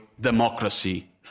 democracy